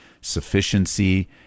sufficiency